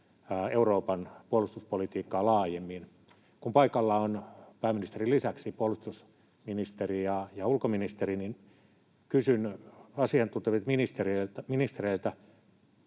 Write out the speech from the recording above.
Euroopan puolustuspolitiikkaa laajemmin. Kun paikalla on pääministerin lisäksi puolustusministeri ja ulkoministeri, niin kysyn asiantuntevilta ministereiltä: